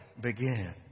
begin